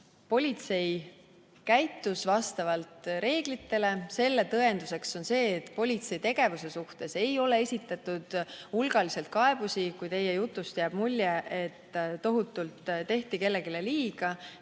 politsei käitus vastavalt reeglitele. Selle tõendus on see, et politsei tegevuse suhtes ei ole esitatud hulgaliselt kaebusi. Teie jutust jäi mulje, et tohutult tehti kellelegi liiga,